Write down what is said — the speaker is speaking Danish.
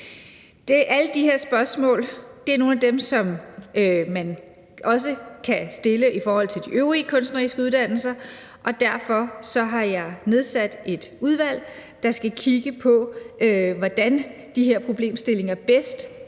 Alle de her spørgsmål er nogle af dem, som man også kan stille i forhold til de øvrige kunstneriske uddannelser, og derfor har jeg nedsat et udvalg, der skal kigge på, hvordan de her problemstillinger bedst kan